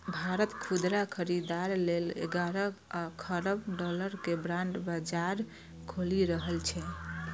भारत खुदरा खरीदार लेल ग्यारह खरब डॉलर के बांड बाजार खोलि रहल छै